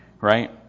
right